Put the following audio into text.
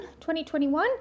2021